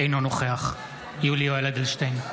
אינו נוכח יולי יואל אדלשטיין,